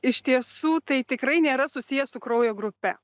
iš tiesų tai tikrai nėra susiję su kraujo grupe